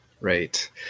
right